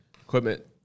equipment